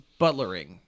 butlering